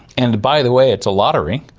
and, by the way, it's a lottery,